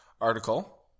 article